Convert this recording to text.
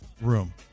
room